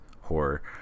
horror